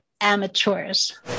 amateurs